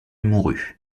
mourut